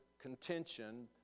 contention